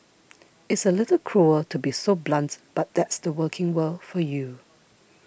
it's a little cruel to be so blunt but that's the working world for you